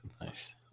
nice